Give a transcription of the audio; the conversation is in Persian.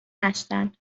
هستند